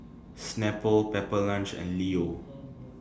Snapple Pepper Lunch and Leo